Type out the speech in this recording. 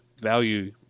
value